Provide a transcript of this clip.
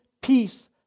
peace